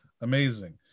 amazing